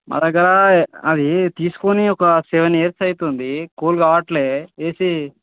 మరి అక్కడ అది తీసుకొని ఒక సెవెన్ ఇయర్స్ అవుతుంది కూల్ కావట్లేది ఏసి